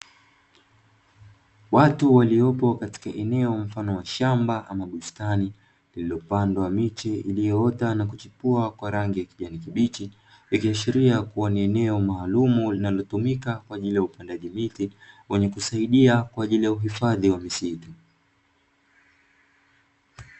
Watu waliopo katika eneo mfano wa shamba ama bustani, lililopandwa miche iliyoota na kuchipua kwa rangi ya kijani kibichi ikiashiria kuwa ni eneo maalumu linalotumika kwa ajili ya upandaji miti, wenye kusaidia kwa ajili ya uhifadhi wa misitu.